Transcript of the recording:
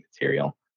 material